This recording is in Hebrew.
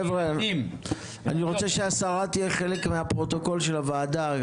אני רוצה שהשרה תהיה חלק מהפרוטוקול של הוועדה.